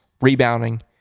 rebounding